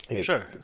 Sure